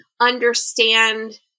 understand